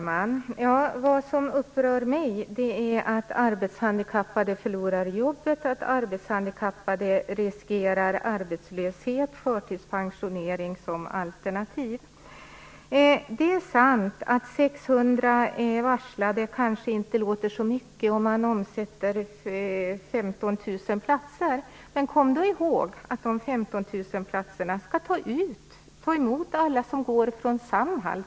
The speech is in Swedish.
Herr talman! Vad som upprör mig är att arbetshandikappade förlorar jobbet och riskerar arbetslöshet och förtidspensionering som alternativ. Det är sant att 600 varslade kanske inte låter så mycket om det är 15 000 platser som omsätts. Men kom då ihåg att de 15 000 platserna skall ta emot alla som går från Samhall!